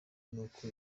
nuko